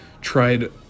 tried